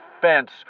fence